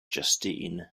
justine